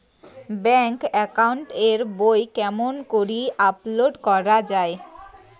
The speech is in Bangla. ব্যাংক একাউন্ট এর বই কেমন করি আপডেট করা য়ায়?